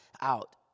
out